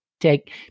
take